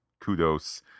kudos